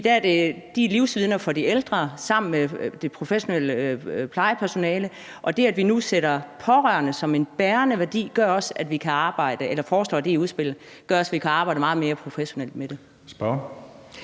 de er livsvidner for de ældre – sammen med det professionelle plejepersonale, og det, at vi nu i udspillet foreslår at sætte det med pårørende ind som en bærende værdi, gør også, at vi kan arbejde meget mere professionelt med det.